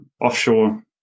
offshore